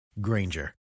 Granger